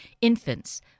infants